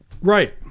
Right